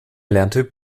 lerntyp